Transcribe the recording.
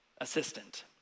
assistant